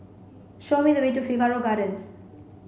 show me the way to Figaro Gardens